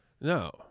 No